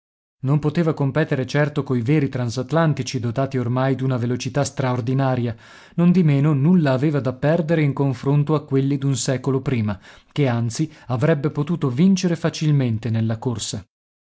non poteva competere certo coi veri transatlantici dotati ormai d'una velocità straordinaria nondimeno nulla aveva da perdere in confronto a quelli d'un secolo prima che anzi avrebbe potuto vincere facilmente nella corsa